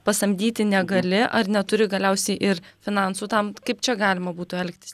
pasamdyti negali ar neturi galiausiai ir finansų tam kaip čia galima būtų elgtis